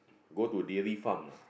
go to dairy farm